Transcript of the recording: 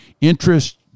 interest